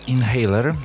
Inhaler